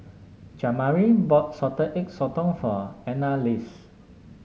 Jamari bought Salted Egg Sotong for Annalise